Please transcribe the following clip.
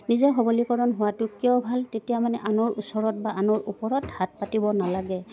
নিজে সবলীকৰণ হোৱাটো কিয় ভাল তেতিয়া মানে আনৰ ওচৰত বা আনৰ ওপৰত হাত পাতিব নালাগে